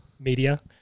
Media